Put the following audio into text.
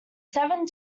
seven